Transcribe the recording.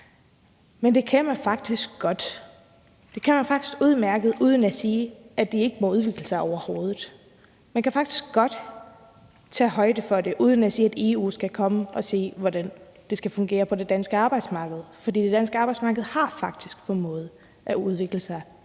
Men det kan man faktisk godt; det kan man faktisk udmærket uden at sige, at de ikke må udvikle sig overhovedet. Man kan faktisk godt tage højde for det uden at sige, at EU skal komme og sige, hvordan det skal fungere på det danske arbejdsmarked, for det danske arbejdsmarked har faktisk formået at udvikle sig